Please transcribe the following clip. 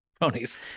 ponies